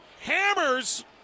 hammers